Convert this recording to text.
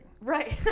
Right